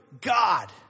God